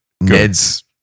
Ned's